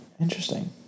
Interesting